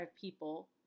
people